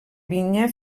vinya